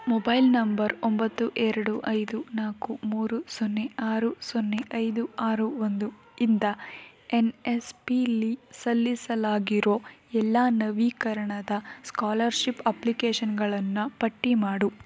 mobile number ಒಂಬತ್ತು ಎರಡು ಐದು ನಾಲ್ಕು ಮೂರು ಸೊನ್ನೆ ಆರು ಸೊನ್ನೆ ಐದು ಆರು ಒಂದು ಇಂದ ಎನ್ ಎಸ್ ಪೀಲಿ ಸಲ್ಲಿಸಲಾಗಿರೋ ಎಲ್ಲ ನವೀಕರಣದ ಸ್ಕಾಲರ್ಶಿಪ್ ಅಪ್ಲಿಕೇಷನ್ಗಳನ್ನು ಪಟ್ಟಿ ಮಾಡು